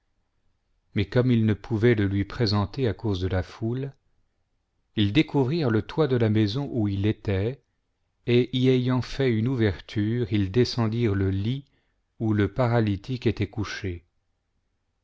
mais comme ils ne pouvaient le lui présenter à cause de la foule ils découvrirent le toit de la maison où il était et y ayant fait une ouverture ils descendirent le lit où le paralytique était couché